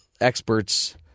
experts